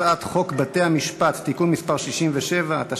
הצעת חוק הרשות הארצית לכבאות והצלה (תיקון מס' 2),